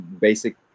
basic